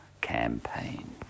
campaign